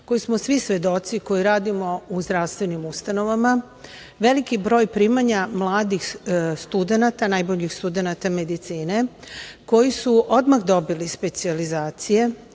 koji smo svi svedoci koji radimo u zdravstvenim ustanovama, veliki broj primanja mladih studenata, najboljih studenata medicine koji su odmah dobili specijalizacije